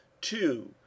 two